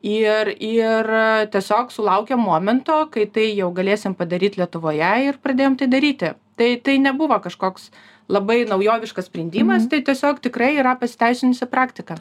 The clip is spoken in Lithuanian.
ir ir tiesiog sulaukėm momento kai tai jau galėsim padaryt lietuvoje ir pradėjom tai daryti tai tai nebuvo kažkoks labai naujoviškas sprendimas tai tiesiog tikrai yra pasiteisinusi praktika